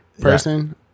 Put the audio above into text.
person